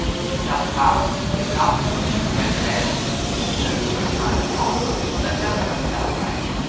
he was just about to give it up and go to bed though it was only nine o'clock, when the telephone bell rang.